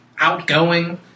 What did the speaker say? Outgoing